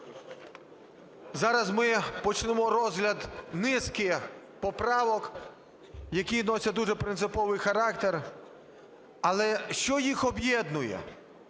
Зараз ми почнемо розгляд низки поправок, які носять дуже принциповий характер. Але що їх об'єднує?